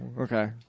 okay